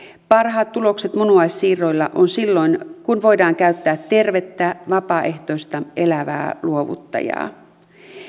parhaat tulokset munuaissiirroilla on silloin kun voidaan käyttää tervettä vapaaehtoista elävää luovuttajaa